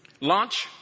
Launch